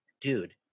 dude